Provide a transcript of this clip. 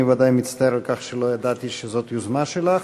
אני ודאי מצטער על כך שלא ידעתי שזאת יוזמה שלך.